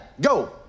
Go